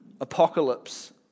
Apocalypse